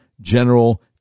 general